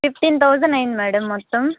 fifteen thousand అయింది madam మొత్తం